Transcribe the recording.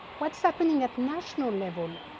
what's happening at national level?